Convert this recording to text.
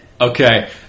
okay